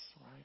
right